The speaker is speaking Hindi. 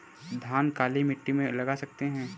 धान काली मिट्टी में लगा सकते हैं?